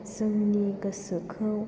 जोंनि गोसोखौ